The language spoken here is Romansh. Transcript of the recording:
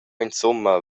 insumma